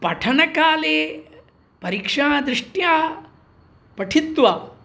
पठनकाले परीक्षादृष्ट्या पठित्वा